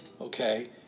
okay